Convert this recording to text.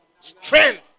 strength